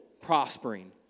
prospering